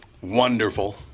Wonderful